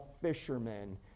fisherman